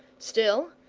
still,